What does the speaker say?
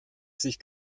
sich